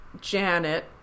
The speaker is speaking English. Janet